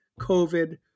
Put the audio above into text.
COVID